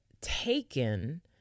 taken